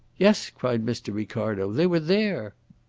yes! cried mr. ricardo. they were there.